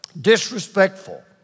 disrespectful